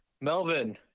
Melvin